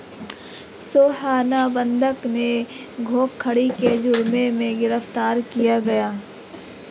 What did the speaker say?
सोहन को बंधक धोखाधड़ी के जुर्म में गिरफ्तार किया गया